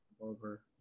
over